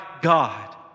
God